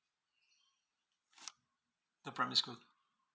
the primary school